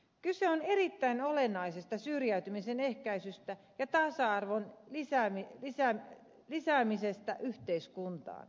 kyse on erittäin olennaisesta syrjäytymisen ehkäisystä ja tasa arvon lisäämisestä yhteiskuntaan